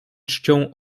czcią